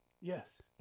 yes